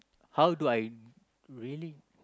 how do I really